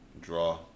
draw